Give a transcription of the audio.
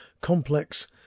complex